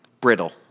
brittle